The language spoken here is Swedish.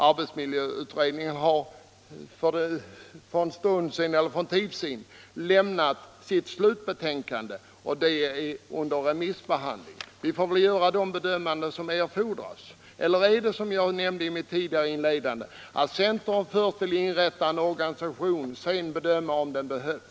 Arbetsmiljöutredningen har för en tid sedan lämnat sitt slutbetänkande, som nu är under remissbehandling. Vi får väl därefter göra en bedömning av vilken organisation för yrkesinspektionen som erfordras. Eller är det, som jag nämnde i mitt tidigare inlägg, så att centern föreslår inrättande av en organisation och sedan bedömer om den behövs?